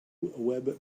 web